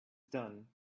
done